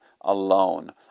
alone